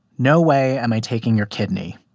no way am i taking your kidney.